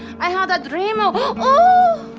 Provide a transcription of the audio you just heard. i had a dreamo, ooh!